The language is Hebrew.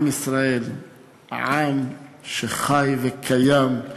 עם ישראל הוא עם שחי וקיים.